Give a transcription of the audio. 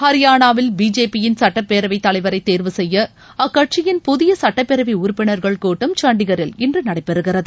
ஹரியானாவில் பிஜேபியின் சுட்டப்பேரவை தலைவரை தேர்வுசெய்ய அக்கட்சியின் புதிய சுட்டப்பேரவை உறுப்பினர்கள் கூட்டம் சண்டிகரில் இன்று நடைபெறுகிறது